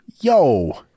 Yo